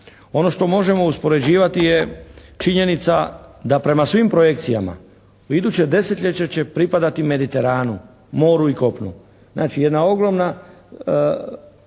Ono što možemo uspoređivati je činjenica da prema svim projekcijama iduće desetljeće će pripadati mediteranu, moru i kopnu. Znači jedna ogromna